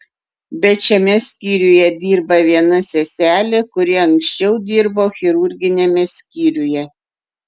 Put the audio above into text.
bet šiame skyriuje dirba viena seselė kuri anksčiau dirbo chirurginiame skyriuje